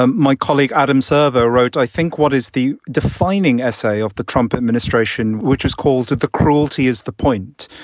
um my colleague adam servoz wrote, i think what is the defining defining essay of the trump administration, which is called the cruelty, is the point.